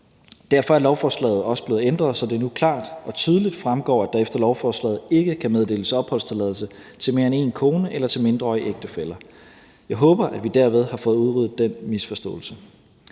Derfor er lovforslaget også blevet ændret, så det nu klart og tydeligt fremgår, at der efter lovforslaget ikke kan meddeles opholdstilladelse til mere end én kone eller til mindreårige ægtefæller. Jeg håber, at vi derved har fået udryddet den misforståelse.